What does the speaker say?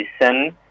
listen